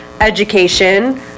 education